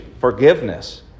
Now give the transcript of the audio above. forgiveness